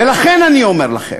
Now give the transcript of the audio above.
ולכן אני אומר לכם: